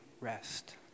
rest